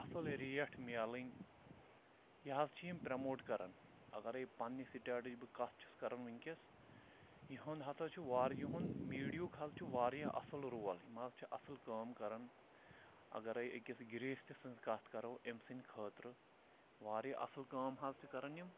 اَصٕل ریٹھ مِلٕنۍ یہِ حظ چھِ یِم پرٛموٹ کَران اَگرَے پنٛنہِ سٕٹیٹٕچ بہٕ کَتھ چھُس کَران وٕنۍکٮ۪س یِہُنٛد ہَسا چھُ واریِہُن میٖڈیُک حظ چھُ واریاہ اَصٕل رول یِم حظ چھِ اَصٕل کٲم کَران اَگرَے أکِس گِرٛیٖستہٕ سٕنٛز کَتھ کَرو أمۍ سٕنٛدِ خٲطرٕ واریاہ اَصٕل کٲم حظ چھِ کَران یِم